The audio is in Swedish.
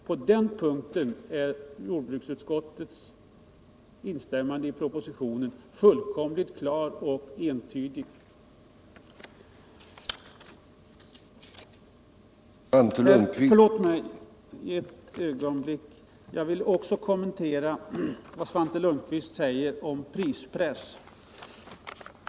På den punkten är jordbruksutskottets instämmande i propositionen fullkomligt klart och entydigt. Jag vill också kommentera vad Svante Lundkvist säger om prispress.